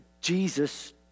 Jesus